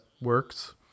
works